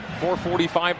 4.45